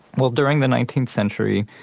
well during the nineteenth century,